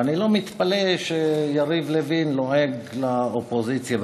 ואני לא מתפלא שיריב לוין לועג לאופוזיציה,